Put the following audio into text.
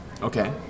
Okay